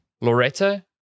Loretta